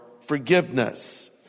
forgiveness